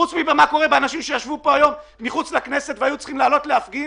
חוץ מבאנשים שישבו פה היום מחוץ לכנסת והיו צריכים לעלות להפגין